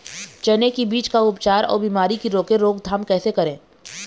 चने की बीज का उपचार अउ बीमारी की रोके रोकथाम कैसे करें?